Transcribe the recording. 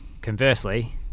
conversely